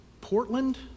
Portland